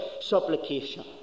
supplication